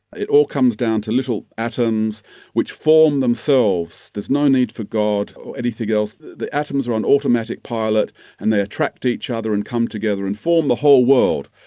it all comes down to little atoms which formed themselves. there's no need for god or anything else, the atoms were on automatic pilot and they attract each other and come together and form the whole world.